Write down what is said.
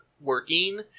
working